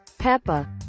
Peppa